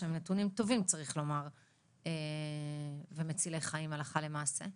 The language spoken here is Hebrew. שהם נתונים טובים ומצילי חיים הלכה למעשה?